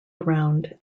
around